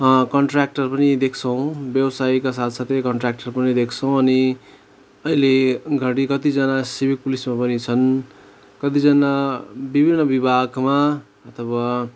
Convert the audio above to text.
contractor पनि देख्छौँ व्यवसायका साथसाथै कन्ट्र्याक्टर पनि देख्छौँ अनि अहिले घडी कतिजना सिभिक पुलिसमा पनि छन् कतिजना विभिन्न विभागमा अथवा